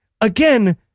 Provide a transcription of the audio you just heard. again